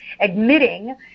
Admitting